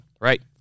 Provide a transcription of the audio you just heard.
right